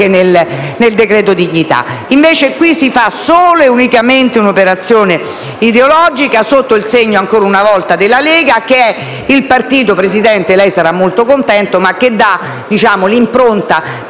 del decreto dignità. Invece, qui si fa solo e unicamente un'operazione ideologica, sotto il segno, ancora una volta, della Lega, che è il partito - Presidente, lei sarà molto contento - che dà l'impronta